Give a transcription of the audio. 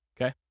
okay